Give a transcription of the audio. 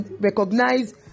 recognize